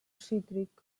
cítric